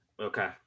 Okay